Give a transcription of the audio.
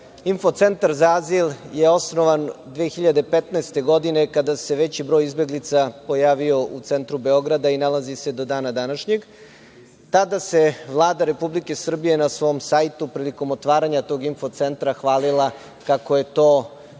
Info-centar za azil je osnovan 2015. godine kada se veći broj izbeglica pojavio u centru Beograda i nalazi se do dana današnjeg. Tada se Vlada Republike Srbije na svom sajtu prilikom otvaranja tog info-centra hvalila kako je to najbolji